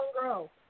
grow